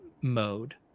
mode